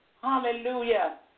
Hallelujah